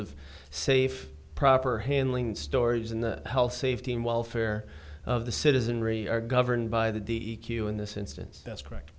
of safe proper handling stories in the health safety and welfare of the citizenry are governed by the d e q in this instance that's correct